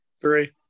three